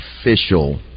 official